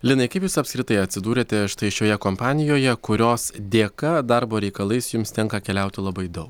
linai kaip jūs apskritai atsidūrėte štai šioje kompanijoje kurios dėka darbo reikalais jums tenka keliauti labai daug